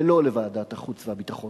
ולא לוועדת החוץ והביטחון.